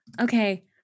okay